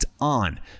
On